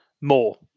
More